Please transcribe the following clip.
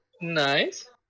nice